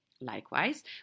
Likewise